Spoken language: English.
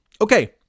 Okay